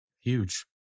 Huge